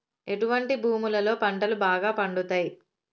ఎటువంటి భూములలో పంటలు బాగా పండుతయ్?